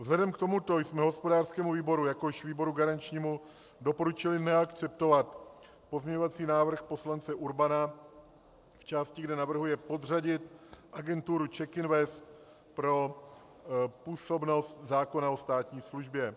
Vzhledem k tomuto jsme hospodářskému výboru jakožto výboru garančnímu doporučili neakceptovat pozměňovací návrh poslance Urbana v části, kde navrhuje podřadit agenturu CzechInvest pod působnost zákona o státní službě.